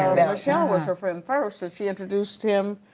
michelle was her friend first and she introduced him,